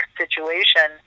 situation